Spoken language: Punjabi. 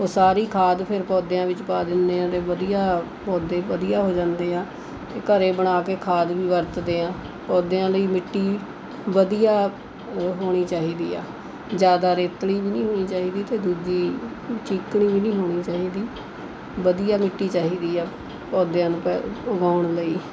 ਉਹ ਸਾਰੀ ਖਾਦ ਫਿਰ ਪੌਦਿਆਂ ਵਿੱਚ ਪਾ ਦਿੰਦੇ ਹਾਂ ਅਤੇ ਵਧੀਆ ਪੌਦੇ ਵਧੀਆ ਹੋ ਜਾਂਦੇ ਹੈ ਅਤੇ ਘਰੇ ਬਣਾ ਕੇ ਖਾਦ ਵੀ ਵਰਤਦੇ ਹਾਂ ਪੌਦਿਆਂ ਲਈ ਮਿੱਟੀ ਵਧੀਆ ਹੋਣੀ ਚਾਹੀਦੀ ਹੈ ਜ਼ਿਆਦਾ ਰੇਤਲੀ ਵੀ ਨਹੀਂ ਹੋਣੀ ਚਾਹੀਦੀ ਅਤੇ ਦੂਜੀ ਚੀਕਣੀ ਵੀ ਨੀ ਹੋਣੀ ਚਾਹੀਦੀ ਵਧੀਆ ਮਿੱਟੀ ਚਾਹੀਦੀ ਆ ਪੌਦਿਆਂ ਨੂੰ ਉਗਾਉਣ ਲਈ